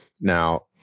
now